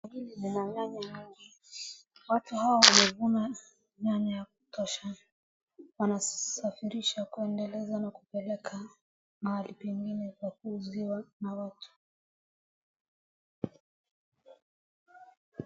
Soko hili ni la nyanya hau, watu hawa wamevuna nyanya ya kutosha, wanasafirisha kuendeleza na kupeleka mahali pengine pa kuuziwa na watu.